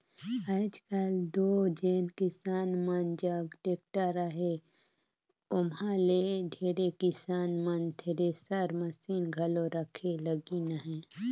आएज काएल दो जेन किसान मन जग टेक्टर अहे ओमहा ले ढेरे किसान मन थेरेसर मसीन घलो रखे लगिन अहे